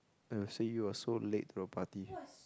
err see you are so late to the party